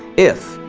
if,